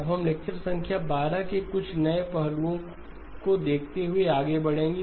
अब हम लेक्चर संख्या 12 के कुछ नए पहलुओं को देखते हुए आगे बढ़ेंगे